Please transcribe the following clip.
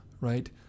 right